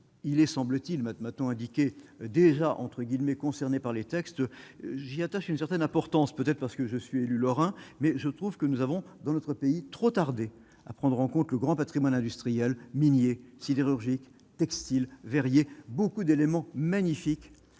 il est semble-t-il maintenant indiqué déjà entre guillemets concernés par les textes, j'y attache une certaine importance, peut-être parce que je suis élu lorrain mais je trouve que nous avons dans notre pays, trop tardé à prendre en compte le grand Patrimoine industriel minier, sidérurgique textile beaucoup d'éléments magnifiques